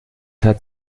hat